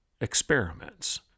experiments